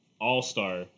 all-star